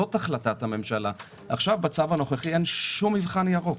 בצו הנוכחי עכשיו אין שום מבחן ירוק,